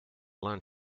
land